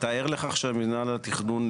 אתה ער לכך שמינהל התכנון,